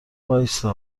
وایستا